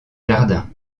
jardins